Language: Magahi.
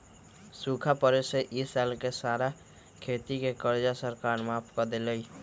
सूखा पड़े से ई साल के सारा खेती के कर्जा सरकार माफ कर देलई